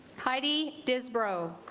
heidi desborough